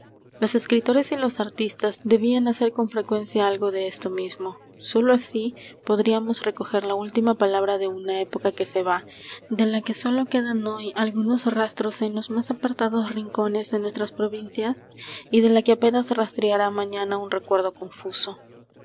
los escritores y los artistas debían hacer con frecuencia algo de esto mismo sólo así podríamos recoger la última palabra de una época que se va de la que sólo quedan hoy algunos rastros en los más apartados rincones de nuestras provincias y de la que apenas restará mañana un recuerdo confuso